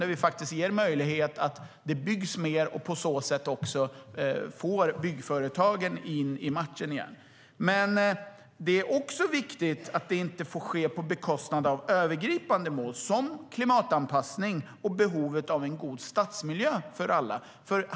Där ger vi möjlighet till att det byggs mer för att på så sätt få byggföretagen in i matchen igen. Det är också viktigt att det inte får ske på bekostnad av övergripande mål som klimatanpassning och behovet av en god stadsmiljö för alla.